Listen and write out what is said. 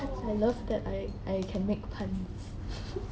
I love that I I can make puns